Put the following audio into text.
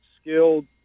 skilled